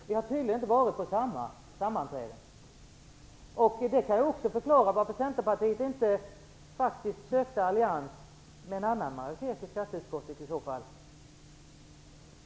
Vi har tydligen inte varit på samma sammanträde. Det kan också förklara varför Centerpartiet inte sökte allians med en annan majoritet i skatteutskottet.